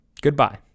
Goodbye